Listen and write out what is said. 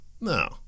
No